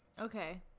Okay